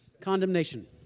condemnation